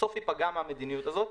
בסוף יפגע מהמדיניות הזאת,